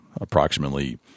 approximately